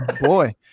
boy